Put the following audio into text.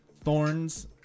thorns